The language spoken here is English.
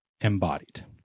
embodied